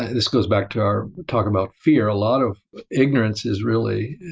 this goes back to our talk about fear a lot of ignorance is really,